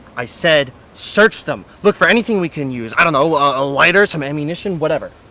i said, search them! look for anything we can use! i don't know, ah, a lighter, some ammunition, whatever.